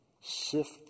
sift